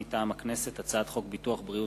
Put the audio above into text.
מטעם הכנסת: הצעת חוק ביטוח בריאות